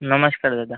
नमस्कार दादा